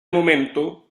momento